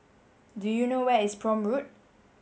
do you know where is Prome Road